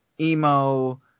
emo